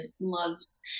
loves